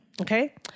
Okay